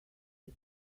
did